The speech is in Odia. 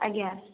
ଆଜ୍ଞା